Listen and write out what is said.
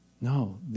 No